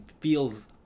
feels